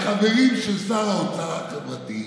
כן, ואתה יודע שהחברים של שר האוצר החברתי,